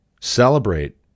celebrate